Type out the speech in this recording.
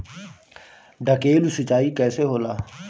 ढकेलु सिंचाई कैसे होला?